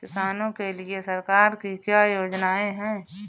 किसानों के लिए सरकार की क्या योजनाएं हैं?